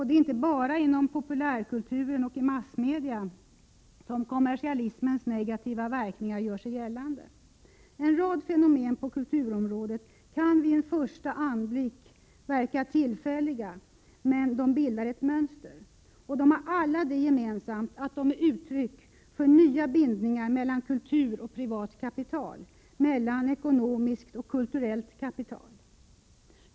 Det är inte bara inom populärkulturen och i massmedia som kommersialismens negativa verkningar gör sig gällande. En rad fenomen på kulturområdet kan vid en första anblick verka tillfälliga, men de bildar ett mönster. De har alla det gemensamt att de är uttryck för nya bindningar mellan kultur och privat kapital, mellan ekonomiskt och kulturellt kapital.